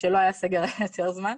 ושלא היה סגר זה לקח יותר זמן.